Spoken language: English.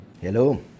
Hello